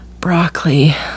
broccoli